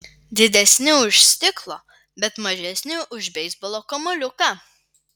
didesni už stiklo bet mažesni už beisbolo kamuoliuką